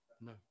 No